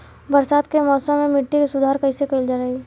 बरसात के मौसम में मिट्टी के सुधार कइसे कइल जाई?